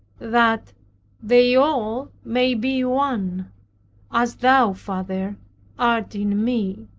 that they all may be one as thou father art in me,